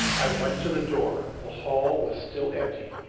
i went to the door the hall was still empty,